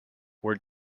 were